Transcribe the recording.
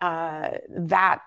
that